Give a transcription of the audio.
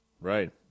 Right